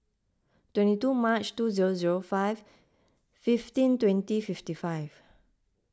twenty two March two zero zero five fifteen twenty fifty five